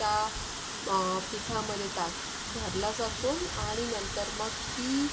त्या पीठामध्ये टाक भरला जातो आणि नंतर मग ती